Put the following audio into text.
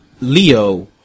Leo